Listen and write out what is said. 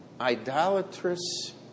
idolatrous